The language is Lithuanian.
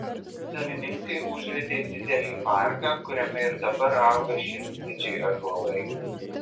savininkai užvedė didelį parką kuriame ir dabar auga šimtmečiai ąžuolai